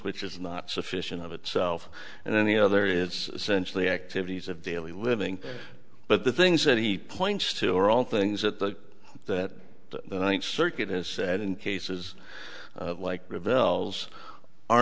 which is not sufficient of itself and then the other is essentially activities of daily living but the things that he points to are all things that the that the ninth circuit has said in cases like ravel's are